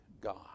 God